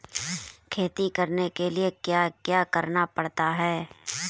खेती करने के लिए क्या क्या करना पड़ता है?